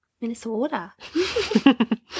minnesota